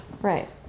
right